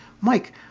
Mike